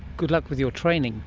good luck with your training.